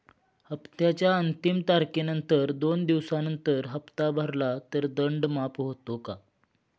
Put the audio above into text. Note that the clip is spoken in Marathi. हप्त्याच्या अंतिम तारखेनंतर दोन दिवसानंतर हप्ता भरला तर दंड माफ होतो का?